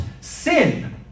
sin